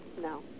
no